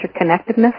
interconnectedness